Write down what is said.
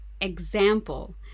example